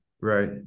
right